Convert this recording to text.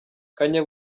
kanye